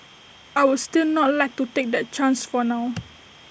I would still not like to take that chance for now